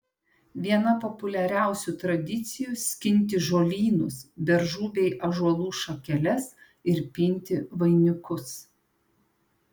viena populiariausių tradicijų skinti žolynus beržų bei ąžuolų šakeles ir pinti vainikus